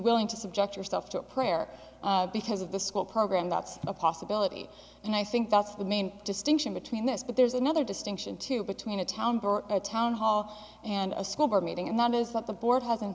willing to subject yourself to a prayer because of the school program that's a possibility and i think that's the main distinction between this but there's another distinction too between a town a town hall and a school board meeting and that is what the board has